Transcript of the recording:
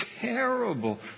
terrible